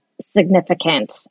significant